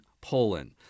Poland